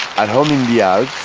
at home in the ah